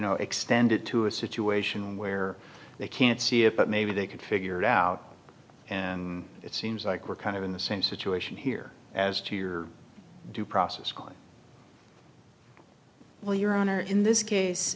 know extended to a situation where they can't see it but maybe they could figure it out and it seems like we're kind of in the same situation here as to your due process calling well your honor in this case